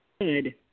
Good